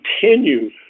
continue